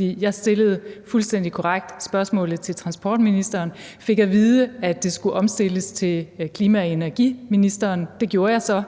jeg stillede fuldstændig korrekt spørgsmålet til transportministeren og fik at vide, at det skulle omstilles til klima-, energi- og forsyningsministeren. Det gjorde jeg så,